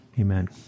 amen